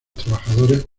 trabajadores